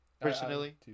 Personally